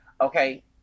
Okay